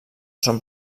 són